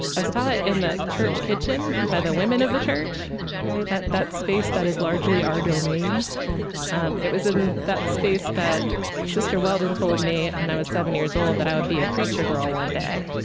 i was taught in the church kitchen by the women of the church that that space that is largely our domain um it was in that space that sister weldon told me, when i was seven years old, that i would be a preacher girl one day